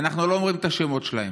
ואנחנו לא אומרים את השמות שלהם,